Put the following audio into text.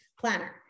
planner